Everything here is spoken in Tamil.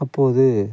அப்போது